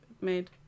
made